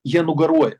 jie nugaruoja